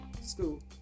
school